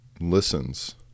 listens